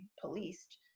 policed